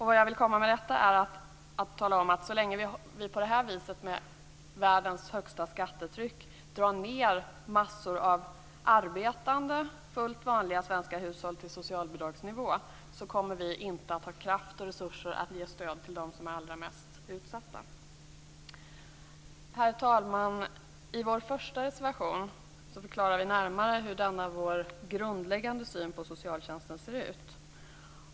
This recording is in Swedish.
Vad jag med detta vill komma fram till är att så länge vi på det här sättet med världens högsta skattetryck drar ned massor av arbetande, helt vanliga svenska hushåll till socialbidragsnivå kommer vi inte att ha kraft och resurser att ge stöd till dem som är allra mest utsatta. Herr talman! I vår första reservation förklarar vi närmare hur denna vår grundläggande syn på socialtjänsten ser ut.